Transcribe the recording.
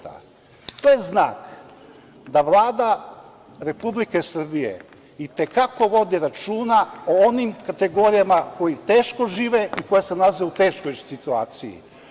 To je znak da Vlada Republike Srbije i te kako vodi računa o onim kategorijama koje teško žive i koje se nalaze u teškoj situaciji.